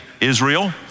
Israel